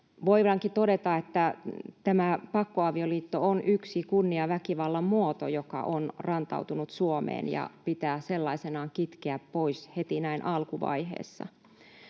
todeta, että tämä pakkoavioliitto on yksi kunniaväkivallan muoto, joka on rantautunut Suomeen ja pitää sellaisenaan kitkeä pois heti näin alkuvaiheessa.